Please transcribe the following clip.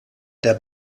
der